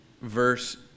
verse